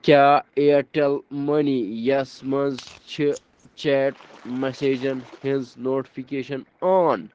کیٛاہ Airtel money یَس منٛز چھِ چیٹ میٚسیجن ہنٛز نوٹفِکیشن آن